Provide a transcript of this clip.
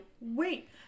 Wait